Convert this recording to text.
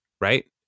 right